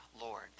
Lord